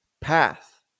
path